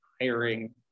hiring